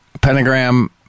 pentagram